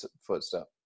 footstep